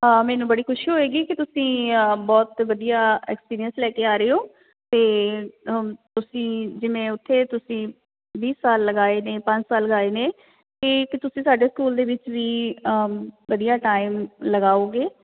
ਹਾਂ ਮੈਨੂੰ ਬੜੀ ਖੁਸ਼ੀ ਹੋਏਗੀ ਕਿ ਤੁਸੀਂ ਬਹੁਤ ਵਧੀਆ ਐਕਸਪੀਰੀਅੰਸ ਲੈ ਕੇ ਆ ਰਹੇ ਹੋ ਅਤੇ ਤੁਸੀਂ ਜਿਵੇਂ ਉੱਥੇ ਤੁਸੀਂ ਵੀਹ ਸਾਲ ਲਗਾਏ ਨੇ ਪੰਜ ਸਾਲ ਲਗਾਏ ਨੇ ਕਿ ਇੱਕ ਤੁਸੀਂ ਸਾਡੇ ਸਕੂਲ ਦੇ ਵਿੱਚ ਵੀ ਵਧੀਆ ਟਾਈਮ ਲਗਾਓਗੇ